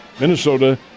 Minnesota